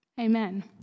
Amen